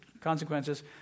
consequences